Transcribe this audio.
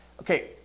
Okay